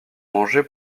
manger